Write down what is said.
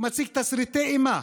הוא מציג תסריטי אימה,